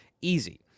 easy